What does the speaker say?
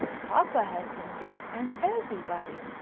papa has been duped, and everybody,